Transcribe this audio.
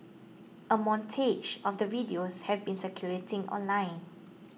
a montage of the videos have been circulating online